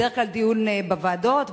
בדרך כלל דיון בוועדות,